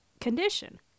condition